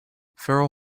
feral